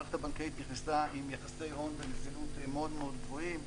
המערכת הבנקאית נכנסה עם יחסי הון ונזילות מאוד מאוד גבוהים.